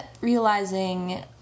realizing